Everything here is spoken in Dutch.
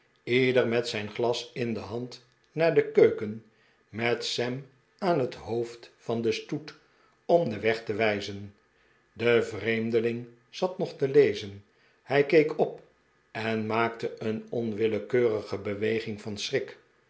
ieder met zijn glas in de hand naar de keu ken met sam aan het hoofd van den stoet om den weg te wijzen de vreemdeling zat nog te lezen hij keek op en maakte een onwillekeurige beweging van schrik